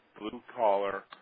blue-collar